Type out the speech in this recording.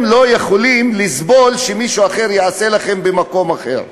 לא יכולים לסבול שמישהו אחר יעשה לכם במקום אחר?